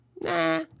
Nah